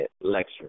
lecture